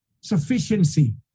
sufficiency